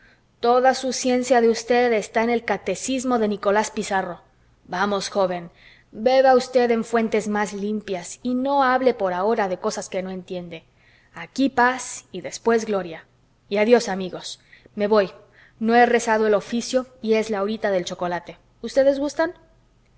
toda su ciencia de usted está en el catecismo de nicolás pizarro vamos joven beba usted en fuentes más limpias y no hable por ahora de cosas que no entiende y aquí paz y después gloria y adiós amigos me voy no he rezado el oficio y es la horita del chocolate ustedes gustan